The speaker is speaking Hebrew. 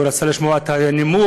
הוא רצה לשמוע את הנימוק.